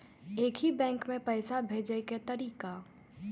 एक ही बैंक मे पैसा भेजे के तरीका?